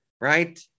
right